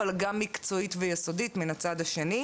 אבל גם מקצועית ויסודית מן הצד השני.